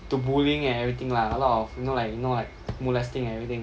to bullying and everything lah a lot of you know like you know like molesting and everything